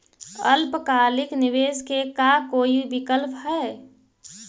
अल्पकालिक निवेश के का कोई विकल्प है?